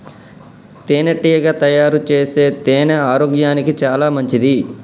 తేనెటీగ తయారుచేసే తేనె ఆరోగ్యానికి చాలా మంచిది